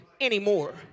anymore